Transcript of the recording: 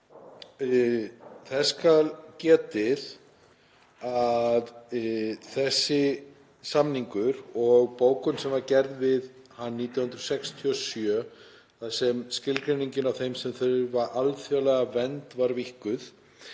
þessi samningur og bókun sem var gerð við hann 1967, þar sem skilgreiningin á þeim sem þurfa alþjóðlega vernd var víkkuð,